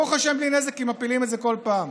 ברוך השם, בלי נזק, כי מפילים את זה כל פעם,